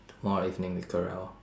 tomorrow evening with carell